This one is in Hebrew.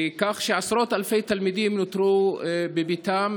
כך שעשרות אלפי תלמידים נותרו בביתם.